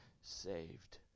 saved